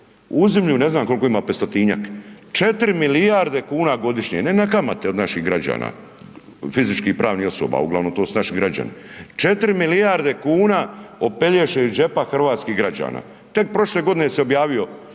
uzimlju ne znam kolko ima 500-tinjak, 4 milijarde kuna godišnje, ne na kamate od naših građana, fizičkih i pravnih osoba, uglavnom to su naši građani, 4 milijarde kuna opelješe iz džepa hrvatskih građana. Tek prošle godine se objavio